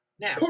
now